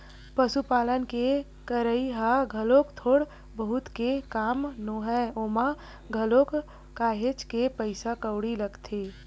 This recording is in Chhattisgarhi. पसुपालन के करई ह घलोक थोक बहुत के काम नोहय ओमा घलोक काहेच के पइसा कउड़ी लगथे